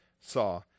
saw